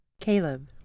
Caleb